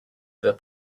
the